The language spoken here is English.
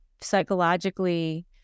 psychologically